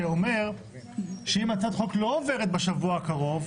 שאומר שאם הצעת החוק לא עוברת בשבוע הקרוב,